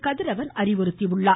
கதிரவன் அறிவுறுத்தியுள்ளார்